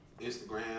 Instagram